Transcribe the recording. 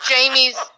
Jamie's